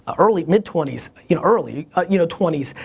ah early, mid twenty s. you know early ah you know twenty s.